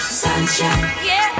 sunshine